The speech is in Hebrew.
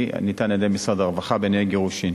הניתן על-ידי משרד הרווחה בענייני גירושין.